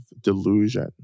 delusion